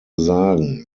sagen